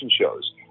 shows